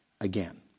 again